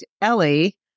Ellie